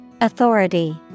Authority